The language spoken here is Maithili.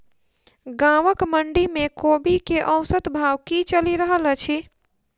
गाँवक मंडी मे कोबी केँ औसत भाव की चलि रहल अछि?